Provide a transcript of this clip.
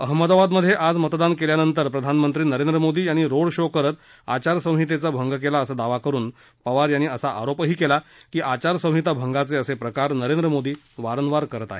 अहमदाबाद मध्ये आज मतदान केल्यानंतर प्रधानमंत्री नरेंद्र मोदी यांनी रोड शो करत आचारसंहितेचा भंग केला असा दावा करून पवार यांनी आरोप केला की आचारसंहिताभंगाचे असे प्रकार मोदी वारंवार करत आहेत